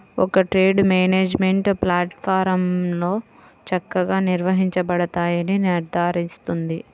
ఒక trade management ప్లాట్ఫారమ్లో చక్కగా నిర్వహించబడతాయని నిర్ధారిస్తుంది